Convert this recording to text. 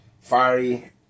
fiery